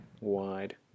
wide